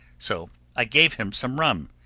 so i gave him some rum.